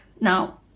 now